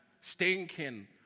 stinking